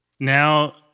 Now